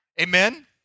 Amen